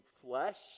flesh